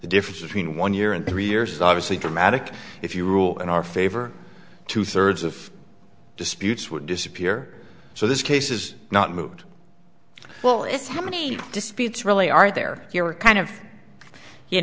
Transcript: the difference between one year and three years obviously dramatic if you rule in our favor two thirds of disputes would disappear so this case is not moved well it's how many disputes really are there are kind of you